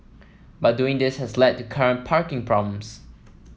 but doing this has led to current parking problems